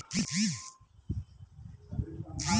पूंजीबादी अर्थव्यवस्था मे बैंक के हाल मजबूत मानलो जाय छै